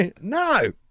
No